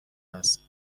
است